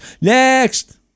Next